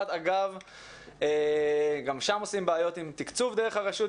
שגם יש שם בעיות עם תקצוב דרך הרשות.